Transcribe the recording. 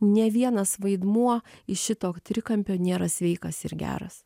ne vienas vaidmuo iš šito trikampio nėra sveikas ir geras